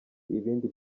ibindi